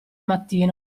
mattino